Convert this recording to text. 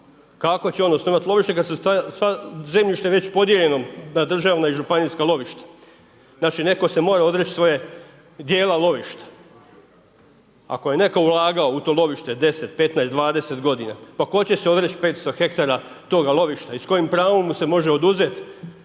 Kako će on osnovati lovište kad su sva zemljišta već podijeljena na državna i županijska lovišta. Znači, netko se mora odreći svoga djela lovišta. Ako je netko ulagao u to lovište, 10, 15, 20 godina, pa tko će se odreći 500 hektara toga lovišta i s kojim pravom mu se može oduzeti